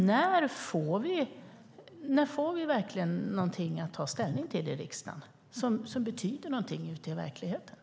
När får vi verkligen någonting att ta ställning till i riksdagen som betyder någonting ute i verkligheten?